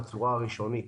בצורה הראשונית.